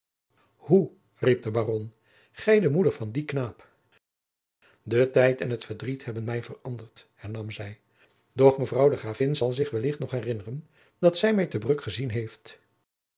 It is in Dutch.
hoe riep de baron gij de moeder van dien knaap de tijd en het verdriet hebben mij veranderd hernam zij doch mevrouw de gravin zal zich wellicht nog herinneren dat zij mij te bruck gezien heeft